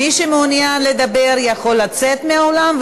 מי שמעוניין לדבר יכול לצאת מהאולם,